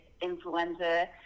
influenza